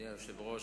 אדוני היושב-ראש,